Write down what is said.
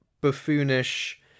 buffoonish